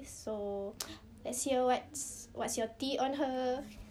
so let's hear what's what's your tea on her